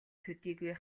төдийгүй